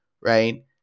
right –